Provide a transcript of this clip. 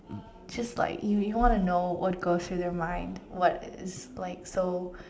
just like you you want to know what goes through their mind what is like so